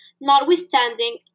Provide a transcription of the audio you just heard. notwithstanding